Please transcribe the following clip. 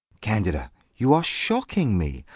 candida you are shocking me.